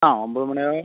ആ ഒമ്പത് മണി ആവുമ്പോൾ